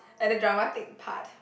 at the dramatic part